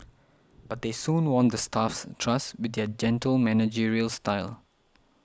but they soon won the staff's trust with their gentle managerial style